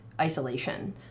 isolation